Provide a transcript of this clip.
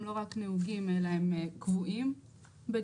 הם לא רק נהוגים אלא הם קבועים בדירקטיבה